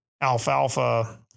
alfalfa